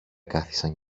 κάθισαν